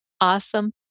Awesome